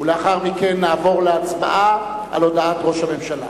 ולאחר מכן נעבור להצבעה על הודעת ראש הממשלה.